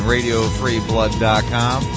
RadioFreeBlood.com